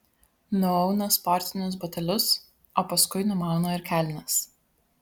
nuauna sportinius batelius o paskui numauna ir kelnes